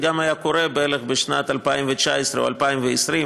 זה גם היה קורה בערך בשנת 2019 או 2020,